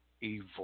evil